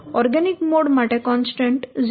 organic mode માટે constant 0